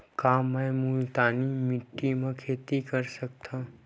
का मै ह मुल्तानी माटी म खेती कर सकथव?